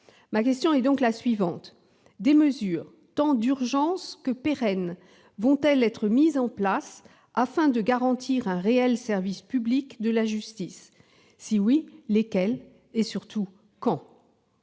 Ma question est la suivante : des mesures d'urgence comme des mesures pérennes vont-elles être mises en place afin de garantir un réel service public de la justice ? Si oui, lesquelles et, surtout, quand ?